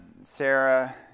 Sarah